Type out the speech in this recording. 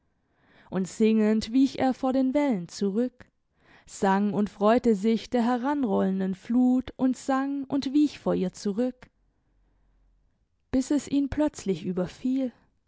und singend wich er vor den wellen zurück sang und freute sich der heranrollenden flut und sang und wich vor ihr zurück bis es ihn plötzlich überfiel die